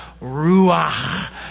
Ruach